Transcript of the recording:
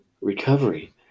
recovery